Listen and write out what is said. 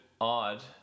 odd